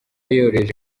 yoroheje